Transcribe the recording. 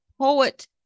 poet